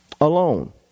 alone